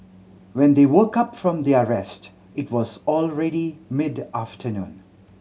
when they woke up from their rest it was already mid afternoon